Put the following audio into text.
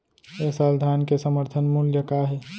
ए साल धान के समर्थन मूल्य का हे?